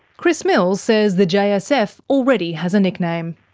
chris mills says the jsf already has a nickname.